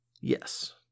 Yes